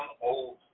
old